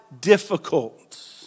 difficult